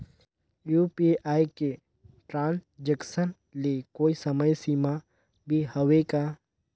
UPI के transaction ले कोई समय सीमा भी हवे का?